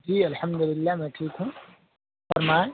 جی الحمد للہ میں ٹھیک ہوں فرمائیں